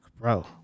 bro